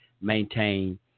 maintain